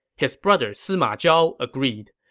his brother, sima zhao, agreed.